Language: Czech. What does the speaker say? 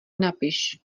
napiš